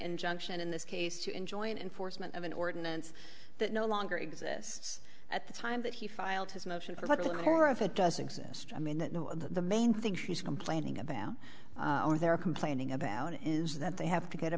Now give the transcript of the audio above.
injunction in this case to enjoin enforcement of an ordinance that no longer exists at the time that he filed his motion let alone or if it does exist i mean the main thing she's complaining about or they're complaining about is that they have to get a